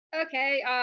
Okay